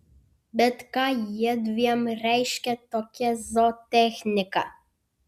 bet ką jiedviem reiškia tokia zootechnika